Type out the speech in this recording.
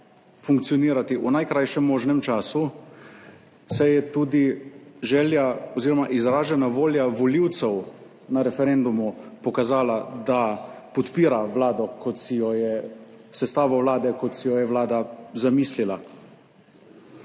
funkcionirati v najkrajšem možnem času, se je tudi želja oziroma izražena volja volivcev na referendumu pokazala, da podpira Vlado, kot si jo je, sestavo vlade, kot si jo je Vlada zamislila.